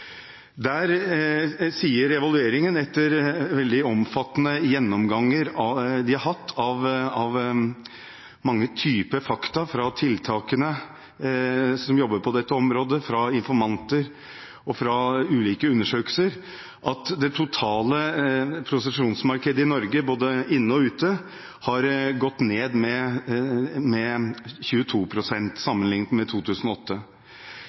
Der sier evalueringen – etter veldig omfattende gjennomganger de har hatt av mange typer fakta fra tiltakene som jobber på dette området, fra informanter og fra ulike undersøkelser – at det totale prostitusjonsmarkedet i Norge, både inne og ute, har gått ned med 22 pst. sammenlignet med 2008.